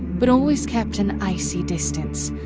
but always kept an icy distance,